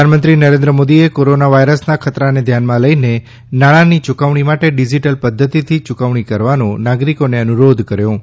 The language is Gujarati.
પ્રધાનમંત્રી નરેન્દ્ર મોદીએ કોરોના વાયરસ ના ખતરાને ધ્યાનમાં લઈને નાણાંની યૂકવણી માટે ડિઝિટલ પદ્ધતિથી યૂકવણી કરવાનો નાગરિકોને અનુરોધ કર્યો છે